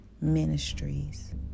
ministries